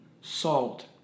salt